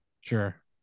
Sure